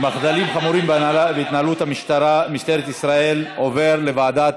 ההצעה להעביר את הנושא לוועדת